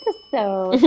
so